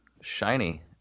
shiny